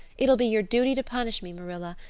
it'll be your duty to punish me, marilla.